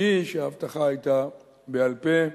היא שההבטחה היתה בעל-פה.